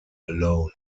alone